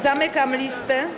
Zamykam listę.